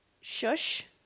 shush